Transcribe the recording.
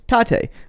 Tate